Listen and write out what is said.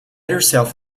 yourself